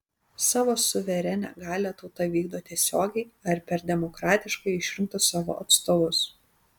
savo suverenią galią tauta vykdo tiesiogiai ar per demokratiškai išrinktus savo atstovus